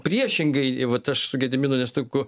priešingai vat aš su gediminu nesutinku